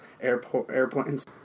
airplanes